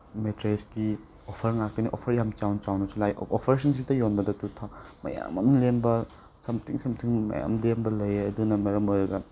ꯃꯦꯇ꯭ꯔꯦꯁꯀꯤ offer ꯉꯥꯛꯇꯅꯤ offer ꯌꯥꯝ ꯆꯥꯎ ꯆꯥꯎꯅꯁꯨ ꯂꯥꯛꯑꯦ ꯑꯣꯐꯔ ꯁꯤꯡꯁꯤꯗ ꯌꯣꯟꯕꯗ ꯃꯌꯥꯝ ꯑꯃ ꯂꯦꯝꯕ ꯁꯝꯊꯤꯡ ꯁꯝꯊꯤꯡ ꯃꯌꯥꯝ ꯂꯦꯝꯕ ꯂꯩꯌꯦ ꯑꯗꯨꯅ ꯃꯔꯝ ꯑꯣꯏꯔꯒ